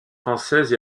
françaises